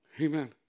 Amen